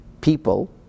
people